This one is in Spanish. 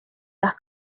las